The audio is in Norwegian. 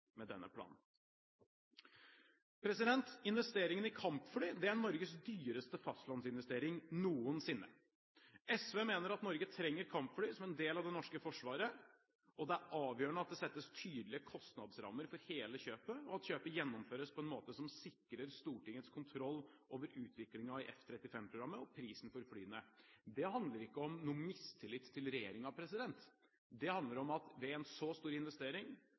med denne planen. Investeringen i kampfly er Norges dyreste fastlandsinvestering noensinne. SV mener at Norge trenger kampfly som en del av det norske forsvaret, og det er avgjørende at det settes tydelige kostnadsrammer for hele kjøpet, og at kjøpet gjennomføres på en måte som sikrer Stortingets kontroll over utviklingen i F-35-programmet og prisen for flyene. Det handler ikke om noen mistillit til regjeringen, det handler om at ved en så stor investering